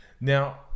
Now